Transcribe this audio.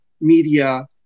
media